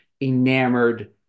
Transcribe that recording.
enamored